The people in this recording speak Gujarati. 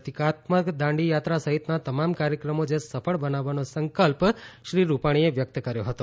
પ્રતિકાત્મક દાંડી યાત્રા સહિતના તમામ કાર્યક્રમો જે સફળ બનાવવાનો સંકલ્પ શ્રી રૂપાણીએ વ્યક્ત કર્યો હતો